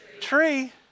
tree